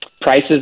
prices